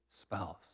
spouse